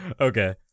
Okay